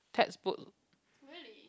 textbook